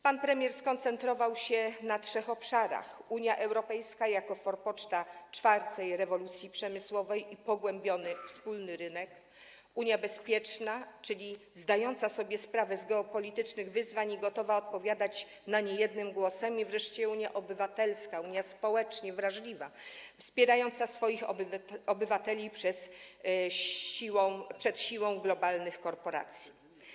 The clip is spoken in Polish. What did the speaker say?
Pan premier skoncentrował się na trzech obszarach: Unia Europejska jako forpoczta czwartej rewolucji przemysłowej, pogłębiony wspólny rynek, unia bezpieczna, czyli zdająca sobie sprawę z geopolitycznych wyzwań, gotowa odpowiadać na nie jednym głosem i wreszcie unia obywatelska, unia społecznie wrażliwa, wspierająca, broniąca swoich obywateli przed siłą globalnych korporacji.